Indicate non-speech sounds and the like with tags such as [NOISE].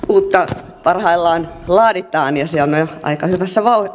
[UNINTELLIGIBLE] uutta parhaillaan laaditaan ja se on jo aika hyvässä